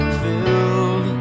filled